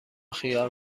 خیار